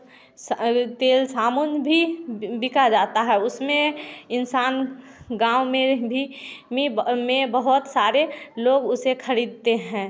स तेल साबुन भी बिका जाता है उसमें इंसान गाँव में भी में में बहुत सारे लोग उसे खरीदते हैं